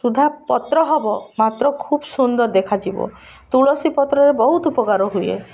ସୁଦ୍ଧା ପତ୍ର ହବ ମାତ୍ର ଖୁବ୍ ସୁନ୍ଦର ଦେଖାଯିବ ତୁଳସୀ ପତ୍ରରେ ବହୁତ ଉପକାର ହୁଏ